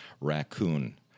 raccoon